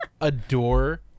adore